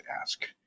ask